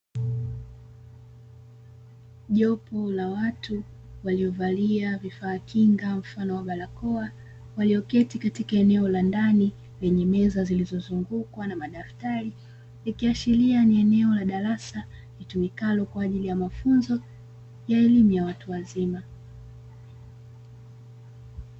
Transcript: Jopo la watu waliovalia vifaa kinga mfano wa barakoa, walioketi katika eneo la ndani lenye meza zilizo zungukwa na madaftari, ikiashiria ni eneo la darasa litumikalo kwa ajili ya mafunzo, ya elimu ya watu wazima.